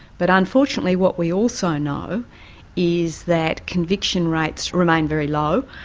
but unfortunately what we also know is that conviction rates remain very low,